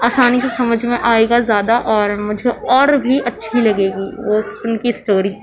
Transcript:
آسانی سے سمجھ میں آئے گا زیادہ اور مجھے اور بھی اچھی لگے گی وہ اُن کی اسٹوری